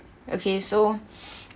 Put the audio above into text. okay so